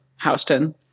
Houston